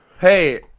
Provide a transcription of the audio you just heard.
Hey